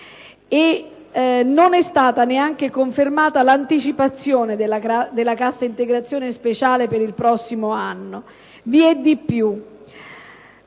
e non è stata neanche confermata l'anticipazione della cassa integrazione speciale per il prossimo anno. Vi è di più.